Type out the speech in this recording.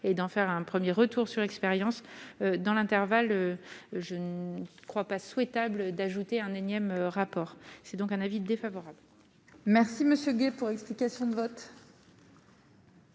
et d'en faire un 1er retour sur expérience dans l'intervalle, je ne crois pas souhaitable d'ajouter un énième rapport, c'est donc un avis défavorable. Merci Monsieur Gay pour explication de vote.